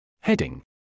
Heading